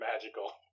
magical